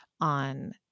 on